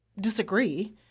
Disagree